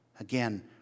Again